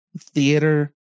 Theater